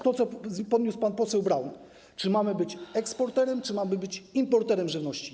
To, co podniósł pan poseł Braun: Czy mamy być eksporterem, czy mamy być importerem żywności?